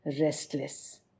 restless